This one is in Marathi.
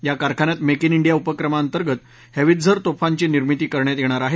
या कारखान्यात मेक इन इंडीया उपक्रमांतर्गत हेवित्झर तोफांची निर्मिती करण्यात येणार आहे